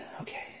okay